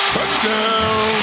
Touchdown